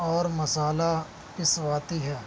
اور مصالحہ پسواتی ہیں